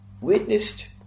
witnessed